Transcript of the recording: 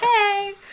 hey